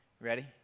Ready